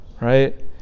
Right